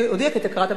כי אתה קראת בעיתון.